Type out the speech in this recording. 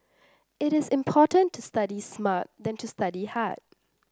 it is more important to study smart than to study hard